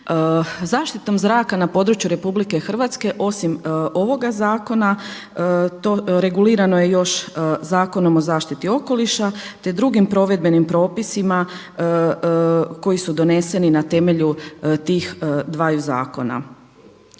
Zaštitom zraka na području RH osim ovoga zakona regulirano je još Zakonom o zaštiti okoliša te drugim provedbenim propisima koji su doneseni na temelju tih dvaju zakona.